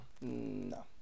No